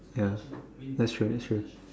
ya that's true that's true